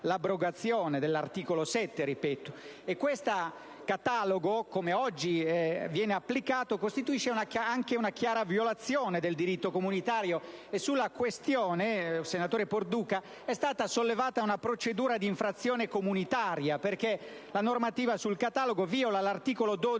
l'abrogazione, della legge n. 110 del 1975. Il catalogo, come oggi viene applicato, costituisce anche una chiara violazione del diritto comunitario e sulla questione, senatore Perduca, è stata sollevata una procedura d'infrazione comunitaria, perché la normativa sul catalogo viola l'articolo 12